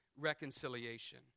reconciliation